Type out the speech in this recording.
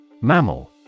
Mammal